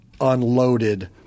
unloaded